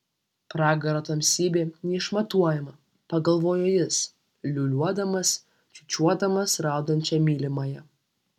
pragaro tamsybė neišmatuojama pagalvojo jis liūliuodamas čiūčiuodamas raudančią mylimąją